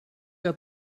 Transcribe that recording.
out